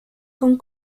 con